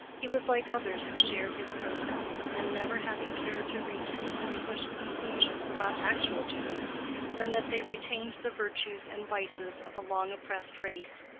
he was like others who shared his protest, in never having cared to reach any more special conclusions about actual jews than that they retained the virtues and vices of a long-oppressed race.